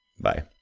Bye